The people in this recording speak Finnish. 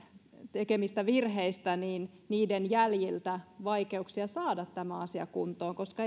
tekemistä virheistä mikäli siellä on niiden jäljiltä vielä vaikeuksia saada tämä asia kuntoon koska